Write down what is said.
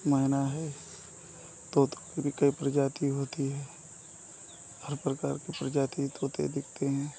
मैना है तोता की भी कई प्रजाति होती हैं हर प्रकार की प्रजाति तोते दिखते हैं